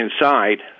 inside